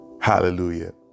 Hallelujah